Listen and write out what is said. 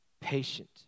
patient